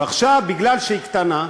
מזל שהוא לא שמע.